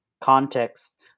context